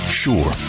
sure